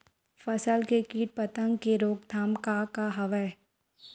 फसल के कीट पतंग के रोकथाम का का हवय?